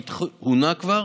שהונע כבר,